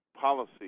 policy